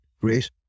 great